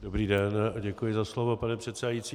Dobrý den a děkuji za slovo, pane předsedající.